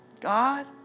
God